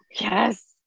Yes